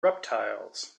reptiles